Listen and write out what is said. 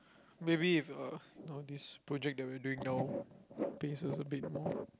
maybe if uh you know this project we are doing now pays us a bit more